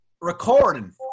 recording